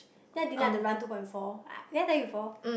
then I didn't like to run two point four did I tell you before